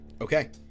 Okay